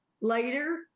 later